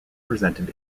presented